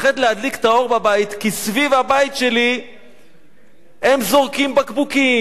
כי סביב הבית שלי הם זורקים בקבוקים,